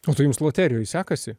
o tai jums loterijoj sekasi